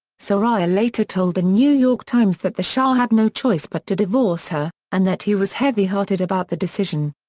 soraya later told the and new york times that the shah had no choice but to divorce her, and that he was heavy-hearted about the decision.